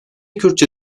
kürtçe